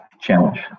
Challenge